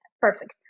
perfect